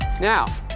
Now